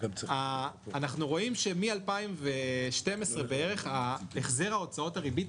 אנחנו רואים שבערך משנת 2012, החזר ההוצאות הריבית